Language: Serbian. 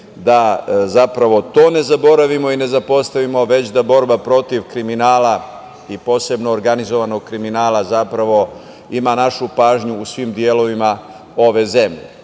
važno da to ne zaboravimo i ne zapostavimo, već da borba protiv kriminala i posebno organizovanog kriminala, zapravo ima našu pažnju u svim delovima ove zemlje.